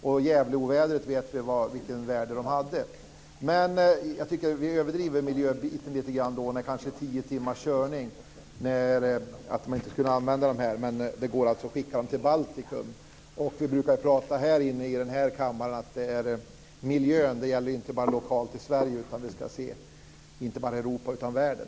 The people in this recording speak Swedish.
Vi vet vilket värde de hade vid Gävleovädret. Jag tycker att det är lite överdrivet att bandvagnarna inte ska användas av miljöskäl när det handlar om kanske tio timmars körning. Men det går alltså att skicka dem till Baltikum. Vi brukar här i kammaren prata om miljön, men det gäller inte bara lokalt här i Sverige och Europa utan i världen.